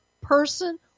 person